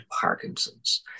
Parkinson's